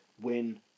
win